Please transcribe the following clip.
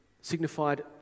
signified